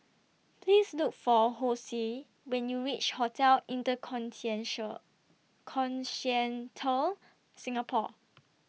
Please Look For Hosea when YOU REACH Hotel Inter Continental Singapore